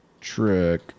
Trick